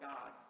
God